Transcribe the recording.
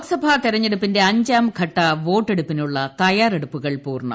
ലോക്സഭാ തെരഞ്ഞെടുപ്പിന്റെ അഞ്ചാംഘട്ട വോട്ടെടുപ്പിനുള്ള തയ്യാറെടുപ്പുകൾ പൂർണ്ണം